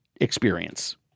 experience